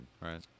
right